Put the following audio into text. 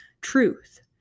truth